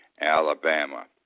Alabama